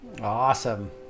Awesome